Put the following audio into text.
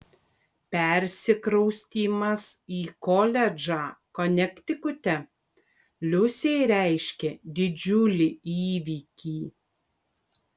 persikraustymas į koledžą konektikute liusei reiškė didžiulį įvykį